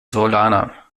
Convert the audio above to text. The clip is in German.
solana